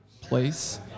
place